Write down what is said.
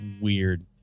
weird